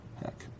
Heck